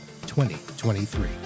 2023